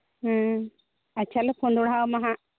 ᱟᱪᱪᱷᱟ ᱞᱮ ᱯᱷᱳᱱ ᱫᱚᱲᱦᱟ ᱟᱢᱟ ᱦᱟᱸᱜ